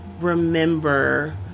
remember